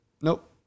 Nope